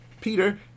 Peter